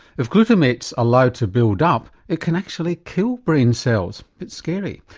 if glutamate's allowed to build up, it can actually kill brain cells. bit scary.